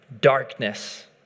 Darkness